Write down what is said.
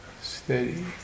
steady